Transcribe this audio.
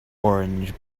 orange